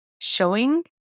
showing